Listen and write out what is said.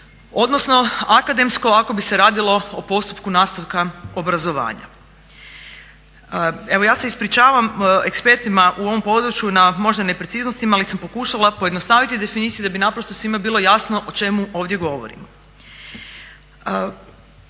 odnosno akademsko ako bi se radilo o postupku nastavka obrazovanja. Evo ja se ispričavam ekspertima u ovom području na možda nepreciznostima ali sam pokušala pojednostaviti definiciju da bi naprosto svim bilo jasno o čemu ovdje govorimo.